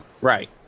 Right